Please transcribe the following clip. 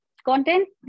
Content